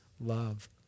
love